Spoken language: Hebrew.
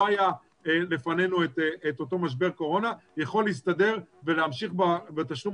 היה לפנינו את אותו משבר קורונה יכול להסתדר ולהמשיך בתשלום